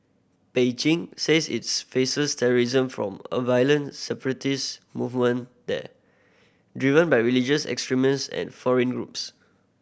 Beijing says it faces terrorism from a violent separatist movement there driven by religious extremism and foreign groups